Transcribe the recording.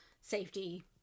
safety